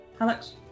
Alex